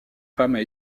femmes